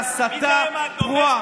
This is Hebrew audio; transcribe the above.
נותנת לגיטימציה להסתה פרועה.